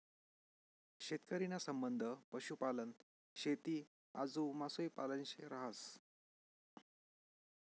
शेतकरी ना संबंध पशुपालन, शेती आजू मासोई पालन शे रहास